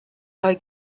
rhoi